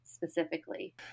specifically